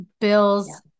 bills